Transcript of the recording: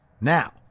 Now